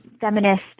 feminist